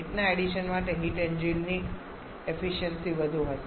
હીટના addition માટે heat engine ની efficiency વધુ હશે